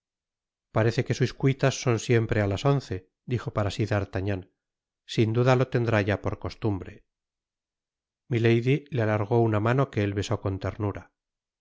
parece que sus citas son siempre á las once dijo para si d'artagnan sin duda lo tendrá ya por costumbre milady le alargó una mano que él besó con ternura